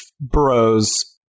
bros